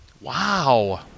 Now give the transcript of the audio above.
wow